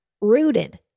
rooted